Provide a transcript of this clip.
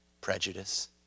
Prejudice